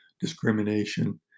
discrimination